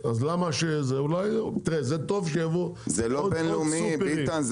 זה טוב שיבואו עוד סופרים --- זה לא בין לאומי מר ביטן,